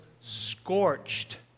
scorched